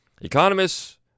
economists